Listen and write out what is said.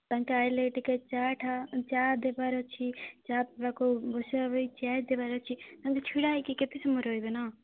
ତାଙ୍କେ ଆସିଲେ ଟିକେ ଚା ଠା ଚା ଦେବାର ଅଛି ଚା ପିଇବାକୁ ବସିବା ପାଇଁ ଚେୟାର୍ ଦେବାର ଅଛି ତାଙ୍କେ ଛିଡ଼ା ହେଇକି କେତେ ସମୟ ରହିବେ ନା